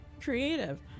creative